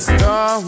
Star